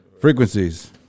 Frequencies